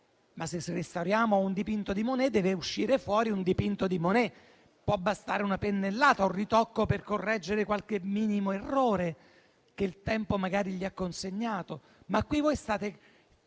Se però restauriamo un dipinto di Monet deve uscir fuori un dipinto di Monet: può bastare una pennellata, un ritocco per correggere qualche minimo errore che il tempo magari gli ha consegnato.